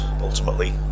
ultimately